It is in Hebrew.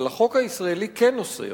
אבל החוק הישראלי כן אוסר